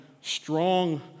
strong